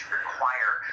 require